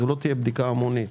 זו לא תהיה בדיקה המונית.